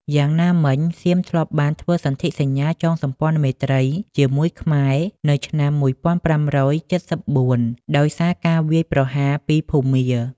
យ៉ាងណាមិញ សៀមធ្លាប់បានធ្វើសន្ធិសញ្ញាចងសម្ព័ន្ធមេត្រីជាមួយខ្មែរនៅឆ្នាំ ១៥៧៤ ដោយសារការវាយប្រហារពីភូមា។